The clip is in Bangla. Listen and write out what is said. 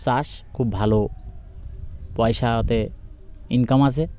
চাষ খুব ভালো পয়সাতে ইনকাম আসে